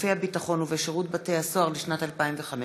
בגופי הביטחון ובשירות בתי-הסוהר לשנת 2015,